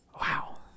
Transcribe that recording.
wow